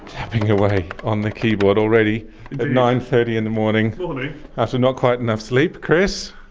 tapping away on the keyboard already at nine thirty in the morning morning after not quite enough sleep. chris,